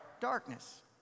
Darkness